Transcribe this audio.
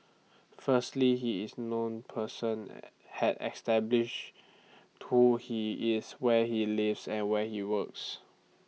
firstly he is A known person had establish who he is where he lives and where he works